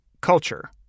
culture